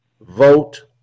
vote